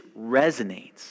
resonates